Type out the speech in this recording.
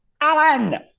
Alan